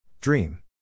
Dream